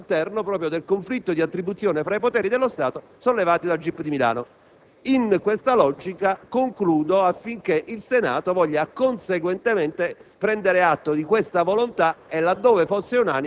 per coltivare le difese che riterrà opportune proprio all'interno del conflitto di attribuzione fra poteri dello Stato sollevato dal GIP di Milano. In questa logica, concludo affinché il Senato voglia conseguentemente